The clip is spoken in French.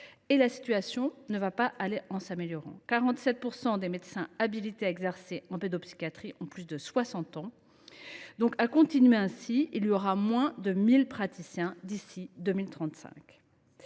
La situation ne va pas aller en s’améliorant : 47 % des médecins habilités à exercer en pédopsychiatrie sont âgés de plus de 60 ans. À continuer ainsi, on comptera moins de 1 000 praticiens d’ici à 2035.